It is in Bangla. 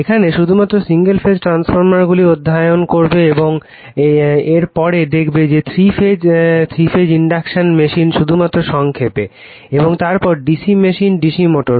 এখানে শুধুমাত্র সিংগেল ফেজ ট্রান্সফরমারগুলি অধ্যয়ন করবে এবং এর পরে দেখবে যে 3 ফেজ ইন্ডাকশন মেশিন শুধুমাত্র সংক্ষেপে এবং তারপর DC মেশিন DC মোটর